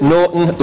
Norton